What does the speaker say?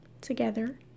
together